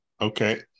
Okay